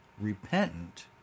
repentant